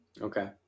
Okay